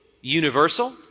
universal